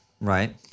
right